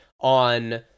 On